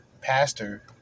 pastor